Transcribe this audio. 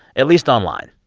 at least online.